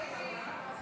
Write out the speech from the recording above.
הצעת